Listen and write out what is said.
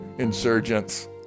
insurgents